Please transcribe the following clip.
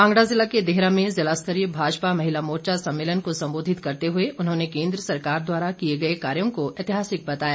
कांगड़ा जिला के देहरा में जिला स्तरीय भाजपा महिला मोर्चा सम्मेलन को सम्बोधित करते हुए उन्होंने केंद्र सरकार द्वारा किए गए कार्यो को ऐतिहासिक बताया